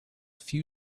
few